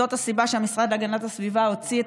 זאת הסיבה שהמשרד להגנת הסביבה הוציא את